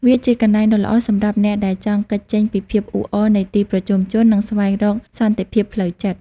វាជាកន្លែងដ៏ល្អសម្រាប់អ្នកដែលចង់គេចចេញពីភាពអ៊ូអរនៃទីប្រជុំជន និងស្វែងរកសន្តិភាពផ្លូវចិត្ត។